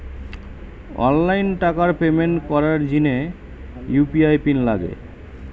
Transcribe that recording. online টাকার payment করার জিনে ইউ.পি.আই পিন লাগে